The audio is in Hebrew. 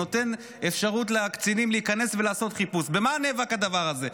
שנותן אפשרות לקצינים להיכנס ולעשות חיפוש במה ניאבק הדבר הזה,